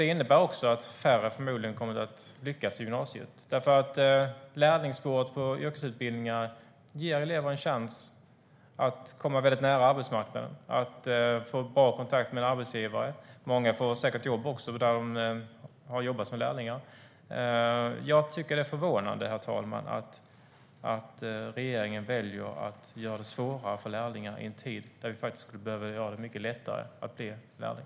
Det innebär förmodligen också att färre kommer att lyckas i gymnasiet, därför att lärlingsåret på yrkesutbildningarna ger eleverna en chans att komma väldigt nära arbetsmarknaden och få bra kontakt med en arbetsgivare. Många får säkert jobb där de har jobbat som lärlingar. Jag tycker att det är förvånande, herr talman, att regeringen väljer att göra det svårare för lärlingar i en tid när vi behöver göra det mycket lättare att bli lärling.